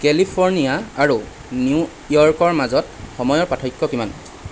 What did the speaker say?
California আৰু নিউয়ৰ্কৰ মাজত সময়ৰ পাৰ্থক্য কিমান